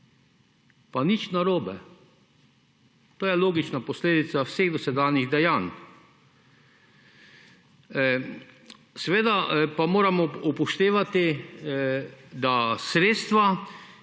Pa nič narobe, to je logična posledica vseh dosedanjih dejanj. Seveda pa moramo upoštevati, da sredstva,